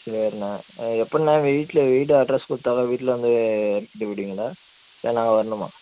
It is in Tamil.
சரிண எப்புண்ணே வீட்டில் வீடு அட்ரஸ் கொடுத்தா தான் வீட்டில் வந்து இல்லை நாங்கள் வரணுமா